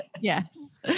Yes